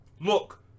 Look